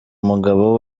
umugabo